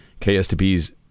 KSTP's